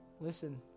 Listen